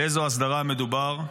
באיזו הסדרה מדובר.